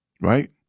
right